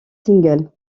singles